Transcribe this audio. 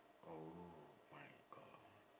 oh my god